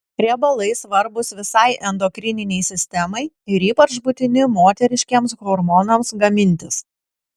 riebalai svarbūs visai endokrininei sistemai ir ypač būtini moteriškiems hormonams gamintis